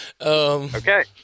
Okay